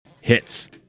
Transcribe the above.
hits